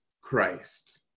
Christ